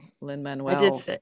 Lin-Manuel